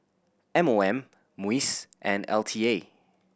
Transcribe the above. M O M MUIS and L T A